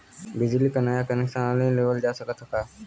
बिजली क नया कनेक्शन ऑनलाइन लेवल जा सकत ह का?